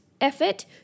effort